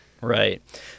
Right